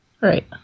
right